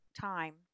time